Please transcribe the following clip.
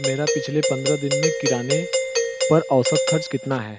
मेरा पिछले पन्द्रह दिन में किराने पर औसत खर्च कितना है